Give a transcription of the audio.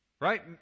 right